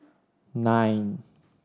nine